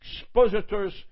Expositors